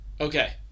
Okay